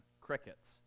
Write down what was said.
crickets